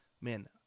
man